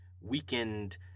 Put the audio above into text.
weakened